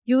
you